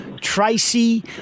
Tracy